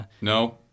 No